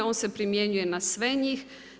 On se primjenjuje na sve njih.